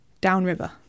Downriver